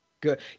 good